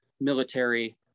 military